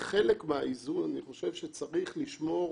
כחלק מהאיזון צריך לשמור